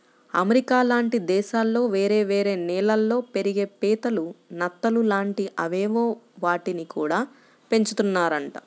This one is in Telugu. అమెరికా లాంటి దేశాల్లో వేరే వేరే నీళ్ళల్లో పెరిగే పీతలు, నత్తలు లాంటి అవేవో వాటిని గూడా పెంచుతున్నారంట